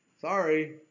sorry